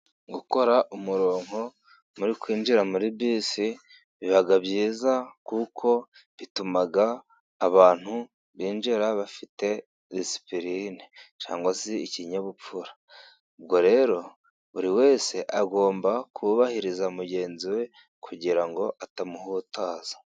Gukora umurongo muri kwinjira muri bisi biba byiza, kuko bituma abantu binjira bafite disipurine cyangwa se ikinyabupfura. Ubwo rero, buri wese agomba kubahiriza mugenzi we kugira ngo atamuhutaza.